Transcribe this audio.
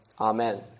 amen